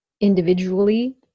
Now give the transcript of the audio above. individually